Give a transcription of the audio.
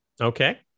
Okay